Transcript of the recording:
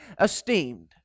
esteemed